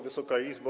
Wysoka Izbo!